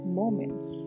moments